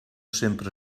sempre